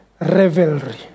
revelry